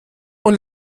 und